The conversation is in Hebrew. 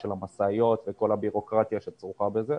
של המשאיות וכל הבירוקרטיה שכרוכה בזה,